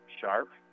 Sharp